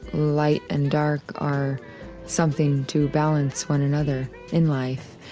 light and dark are something to balance one another in life,